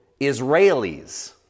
Israelis